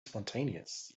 spontaneous